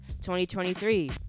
2023